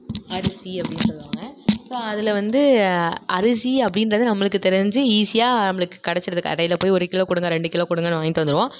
அரிசி அப்படின்னு சொல்வாங்க ஸோ அதில் வந்து அரிசி அப்டின்றது நம்மளுக்கு தெரிஞ்சு ஈசியாக நம்மளுக்கு கெடைச்சிருது கடையில் போய் ஒரு கிலோ கொடுங்க ரெண்டு கிலோ கொடுங்கன்னு வாங்கிட்டு வந்துடுவோம்